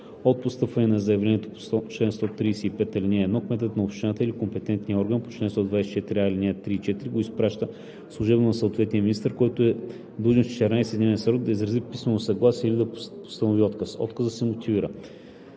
от постъпването на заявлението по чл. 135, ал. 1 кметът на общината или компетентният орган по чл. 124а, ал. 3 и 4 го изпраща служебно на съответния министър, който е длъжен в 14 дневен срок да изрази писмено съгласие или да постанови отказ. Отказът се мотивира.“